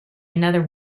another